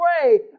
pray